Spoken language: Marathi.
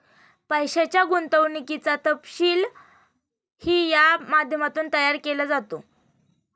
पैशाच्या गुंतवणुकीचा तपशीलही या माध्यमातून तयार केला जातो